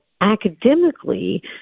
academically